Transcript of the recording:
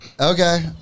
Okay